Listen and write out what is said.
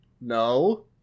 No